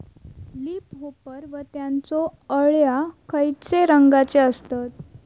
Leaf hopper व त्यानचो अळ्या खैचे रंगाचे असतत?